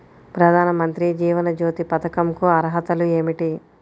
ప్రధాన మంత్రి జీవన జ్యోతి పథకంకు అర్హతలు ఏమిటి?